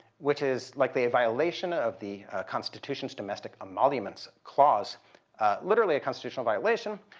which is likely a violation of the constitution's domestic emoluments clause literally a constitutional violation.